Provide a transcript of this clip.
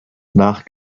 nach